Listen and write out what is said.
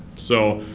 so,